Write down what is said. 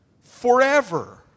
forever